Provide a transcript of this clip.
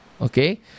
Okay